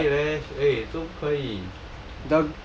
why leh eh 做么不可以